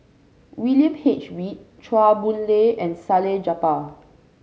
William H Read Chua Boon Lay and Salleh Japar